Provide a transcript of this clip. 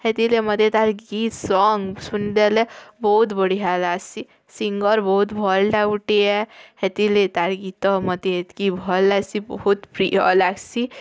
ସେଥିରେ ମତେ ତାର୍ ଗୀତ୍ ସଙ୍ଗ୍ ଶୁନ୍ ଦେଲେ ବହୁତ ବଢ଼ିଆ ଲାଗ୍ସି ସିଙ୍ଗର୍ ବହୁତ୍ ଭଲ୍ଟା ଗୋଟିଏ ସେଥିଲି ତା'ର୍ ଗୀତ ମୋତେ ଏତିକି ଭଲ୍ ଲାଗ୍ସି ବହୁତ୍ ପ୍ରିୟ ଲାଗ୍ସି